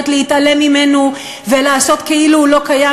להתעלם ממנו ולעשות כאילו הוא לא קיים,